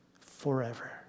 forever